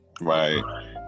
Right